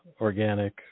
organic